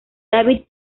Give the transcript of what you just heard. david